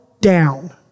down